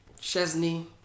Chesney